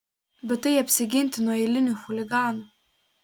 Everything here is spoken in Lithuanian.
bet tai apsiginti nuo eilinių chuliganų